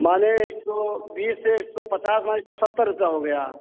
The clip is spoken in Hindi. माने एक सौ बीस से एक सौ पचास माने एक सौ सत्तर रुपये हो गया